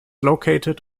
located